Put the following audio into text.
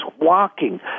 walking